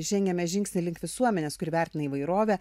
žengiame žingsnį link visuomenės kuri vertina įvairovę